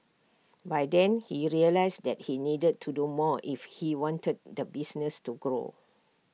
by then he realised that he needed to do more if he wanted the business to grow